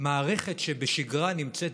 מערכת שבשגרה נמצאת